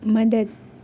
મદદ